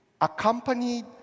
accompanied